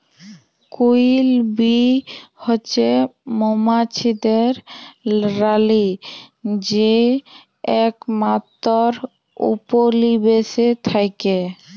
queen bee হছে মোমাছিদের রালী যে একমাত্তর উপলিবেশে থ্যাকে